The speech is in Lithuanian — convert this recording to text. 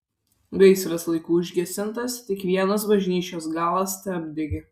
gaisras laiku užgesintas tik vienas bažnyčios galas teapdegė